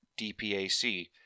DPAC